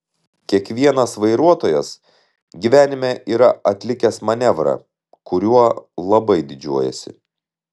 kiekvienas vairuotojas gyvenime yra atlikęs manevrą kuriuo labai didžiuojasi